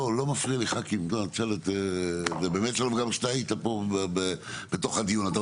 אתה עוד לא נכנסת לדיון,